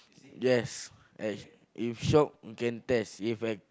yes at if shop you can test if at